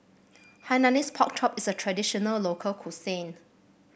Hainanese Pork Chop is a traditional local cuisine